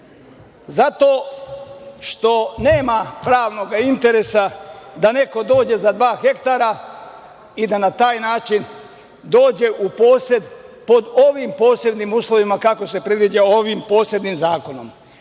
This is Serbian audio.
zato što nema pravnog interesa da neko dođe za dva ha i da na taj način dođe u posed pod ovim posebnim uslovima kao što se predviđa ovim posebnim zakonom.